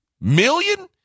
Million